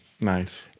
Nice